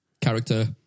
character